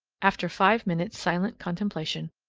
after five minutes' silent contemplation,